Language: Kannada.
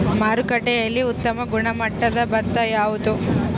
ಮಾರುಕಟ್ಟೆಯಲ್ಲಿ ಉತ್ತಮ ಗುಣಮಟ್ಟದ ಭತ್ತ ಯಾವುದು?